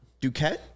Duquette